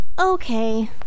Okay